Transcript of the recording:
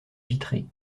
vitré